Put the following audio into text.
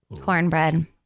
Cornbread